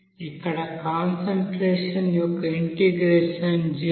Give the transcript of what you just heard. ఇక్కడ కాన్సంట్రేషన్ యొక్క ఇంటెగ్రేషన్ 0